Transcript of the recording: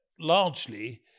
largely